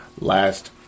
last